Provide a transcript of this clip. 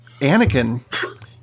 anakin